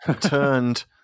turned